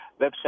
website